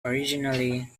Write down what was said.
originally